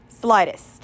slightest